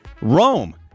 Rome